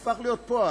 זה הפך להיות פועל.